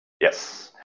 Yes